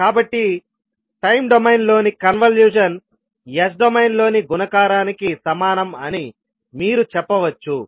కాబట్టి టైమ్ డొమైన్లోని convolution S డొమైన్లోని గుణకారానికి సమానం అని మీరు చెప్పవచ్చు